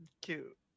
Cute